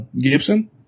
Gibson